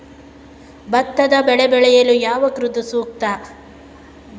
ಭತ್ತದ ಬೆಳೆ ಬೆಳೆಯಲು ಯಾವ ಋತು ಸೂಕ್ತ?